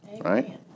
Right